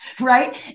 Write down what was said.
Right